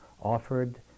offered